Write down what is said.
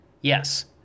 Yes